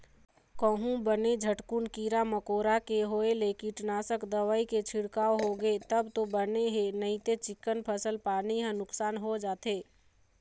कहूँ बने झटकुन कीरा मकोरा के होय ले कीटनासक दवई के छिड़काव होगे तब तो बने हे नइते चिक्कन फसल पानी ह नुकसान हो जाथे